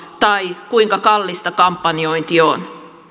tai kuinka kallista kampanjointi on